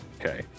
Okay